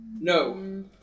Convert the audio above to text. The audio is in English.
No